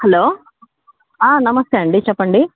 hello నమస్తే అండి చెప్పండి